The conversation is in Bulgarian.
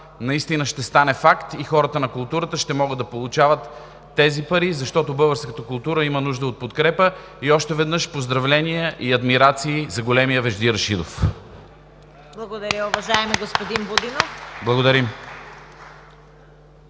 наистина ще стане факт и хората на културата ще могат да получават тези пари, защото българската култура има нужда от подкрепа. Още веднъж поздравления и адмирации за големия Вежди Рашидов! (Ръкопляскания от